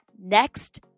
next